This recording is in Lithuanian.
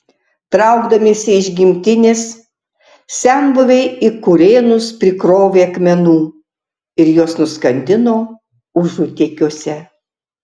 traukdamiesi iš gimtinės senbuviai į kurėnus prikrovė akmenų ir juos nuskandino užutėkiuose